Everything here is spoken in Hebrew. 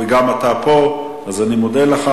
אתה גם פה, אז אני מודה לך.